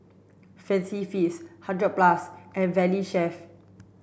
Fancy Feast Hundred Plus and Valley Chef